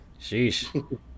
sheesh